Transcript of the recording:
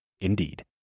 Indeed